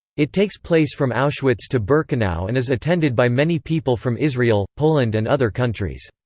it takes place from auschwitz to birkenau and is attended by many people from israel, poland and other countries.